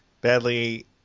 badly